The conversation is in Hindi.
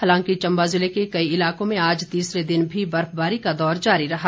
हालांकि चम्बा जिले के कई इलाकों में आज तीसरे दिन भी बर्फबारी का दौर जारी रहा